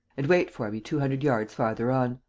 and wait for me two hundred yards farther on.